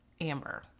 Amber